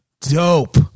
dope